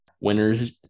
Winners